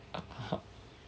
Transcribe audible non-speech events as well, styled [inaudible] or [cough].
[laughs]